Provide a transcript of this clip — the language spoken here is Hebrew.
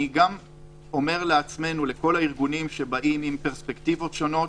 אני גם אומר לכל הארגונים שבאים עם נקודות מבט שונות,